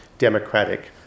democratic